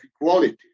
equality